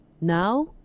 Now